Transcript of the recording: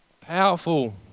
powerful